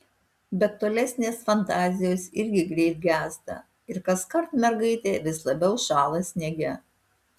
bet tolesnės fantazijos irgi greit gęsta ir kaskart mergaitė vis labiau šąla sniege